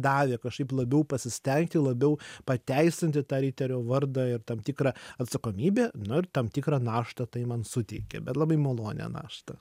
davė kažkaip labiau pasistengti labiau pateisinti tą riterio vardą ir tam tikrą atsakomybę nu ir tam tikrą naštą tai man suteikė bet labai malonią naštą